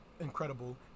Incredible